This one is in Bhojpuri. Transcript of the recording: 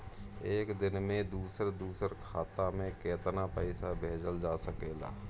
एक दिन में दूसर दूसर खाता में केतना पईसा भेजल जा सेकला?